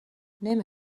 نمی